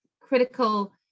critical